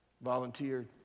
volunteered